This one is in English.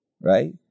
Right